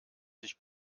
sich